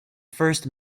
first